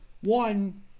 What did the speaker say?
One